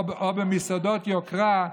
או במסעדות יוקרה.